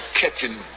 catching